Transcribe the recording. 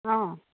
অঁ